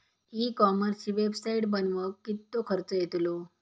E कॉमर्सची website बनवक किततो खर्च येतलो?